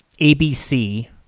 ABC